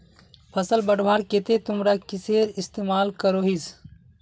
फसल बढ़वार केते तुमरा किसेर इस्तेमाल करोहिस?